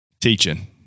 teaching